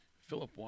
Philip